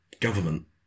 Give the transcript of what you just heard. government